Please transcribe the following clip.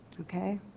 okay